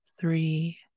three